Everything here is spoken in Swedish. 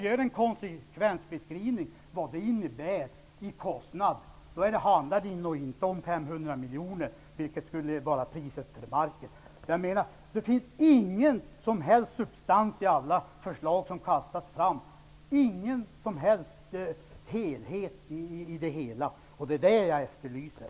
Gör en konsekvensbeskrivning av vad det blir för kostnader för dem som berörs! Det handlar nog inte om 500 miljoner, vilket skulle vara priset för marken. Det finns ingen som helst substans i de förslag som kastas fram och ingen som helst helhet. Det är det jag efterlyser.